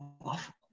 awful